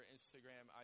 Instagram